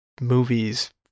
movies